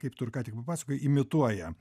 kaip tu ir ką tik papasakojai imituoja